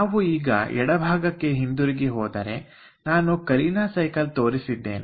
ನಾವು ಈಗ ಎಡಭಾಗಕ್ಕೆ ಹಿಂದಿರುಗಿ ಹೋದರೆ ನಾನು ಕಲೀನಾ ಸೈಕಲ್ ತೋರಿಸಿದ್ದೇನೆ